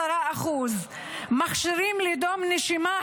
10%; מכשירים לדום נשימה,